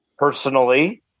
personally